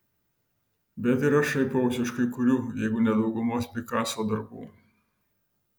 bet ir aš šaipausi iš kai kurių jeigu ne daugumos pikaso darbų